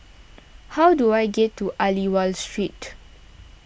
how do I get to Aliwal Street